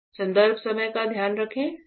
सब जानते हैं